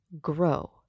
grow